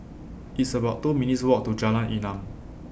It's about two minutes' Walk to Jalan Enam